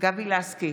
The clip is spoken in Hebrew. גבי לסקי,